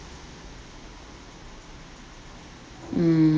mm